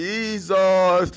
Jesus